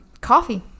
Coffee